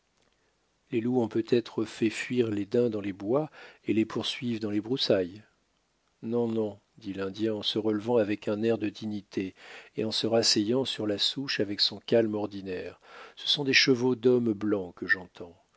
les loups ont peut-être fait fuir les daims dans les bois et les poursuivent dans les broussailles non non dit l'indien en se relevant avec un air de dignité et en se rasseyant sur la souche avec son calme ordinaire ce sont des chevaux d'hommes blancs que j'entends